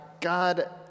God